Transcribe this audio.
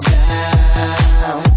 down